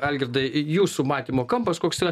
algirdai jūsų matymo kampas koks yra